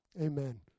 Amen